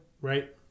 Right